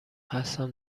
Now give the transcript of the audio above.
هستم